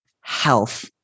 health